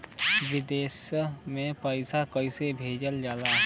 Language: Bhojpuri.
विदेश में पैसा कैसे भेजल जाला?